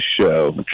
show